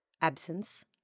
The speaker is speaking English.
absence